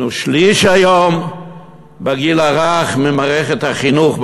בגיל הרך אנחנו היום שליש ממערכת החינוך,